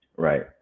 Right